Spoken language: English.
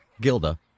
Gilda